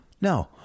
No